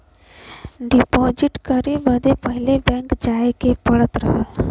deposit करे बदे पहिले बैंक जाए के पड़त रहल